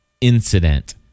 incident